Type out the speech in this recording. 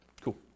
Cool